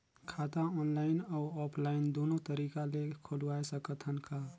खाता ऑनलाइन अउ ऑफलाइन दुनो तरीका ले खोलवाय सकत हन का?